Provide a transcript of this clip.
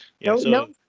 No